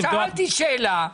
שאלתי שאלה,